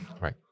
Right